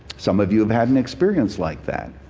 some of you have had an experience like that.